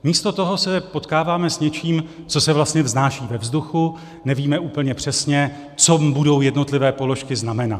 Místo toho se potkáváme s něčím, co se vlastně vznáší ve vzduchu, nevíme úplně přesně, co budou jednotlivé položky znamenat.